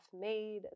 made